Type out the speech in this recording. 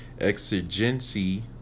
exigency